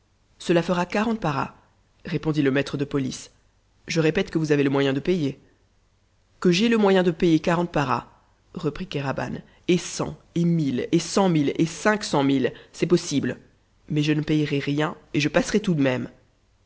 cela fera quarante paras répondit le maître de police je répète que vous avez le moyen de payer que j'aie le moyen de payer quarante paras reprit kéraban et cent et mille et cent mille et cinq cent mille c'est possible mais je ne payerai rien et je passerai tout de même